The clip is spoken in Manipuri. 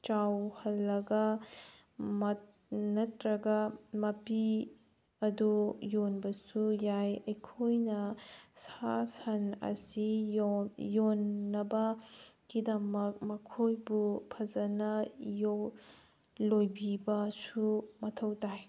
ꯆꯥꯎꯍꯜꯂꯒ ꯅꯠꯇ꯭ꯔꯒ ꯃꯄꯤ ꯑꯗꯣ ꯌꯣꯟꯕꯁꯨ ꯌꯥꯏ ꯑꯩꯈꯣꯏꯅ ꯁꯥ ꯁꯟ ꯑꯁꯤ ꯌꯣꯟꯅꯕ ꯒꯤꯗꯃꯛ ꯃꯈꯣꯏꯕꯨ ꯐꯖꯅ ꯂꯣꯏꯕꯤꯕꯁꯨ ꯃꯊꯧ ꯇꯥꯏ